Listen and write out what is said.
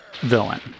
villain